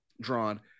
drawn